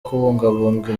kubungabunga